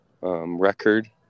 record